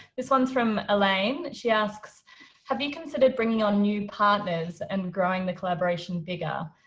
this one is from elaine. she asks have you considered bringing on new partners and growing the collaboration bigger?